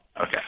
Okay